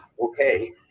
okay